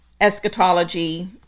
eschatology